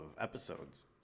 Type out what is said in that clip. episodes